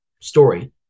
story